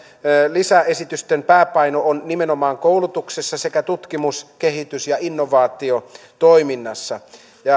lisäesitysten pääpaino on nimenomaan koulutuksessa sekä tutkimus kehitys ja innovaatiotoiminnassa